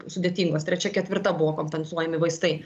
sudėtingos trečia ketvirta buvo kompensuojami vaistai